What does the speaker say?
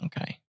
Okay